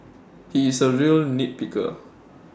he is A real nit picker